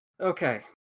Okay